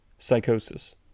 psychosis